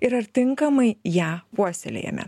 ir ar tinkamai ją puoselėjame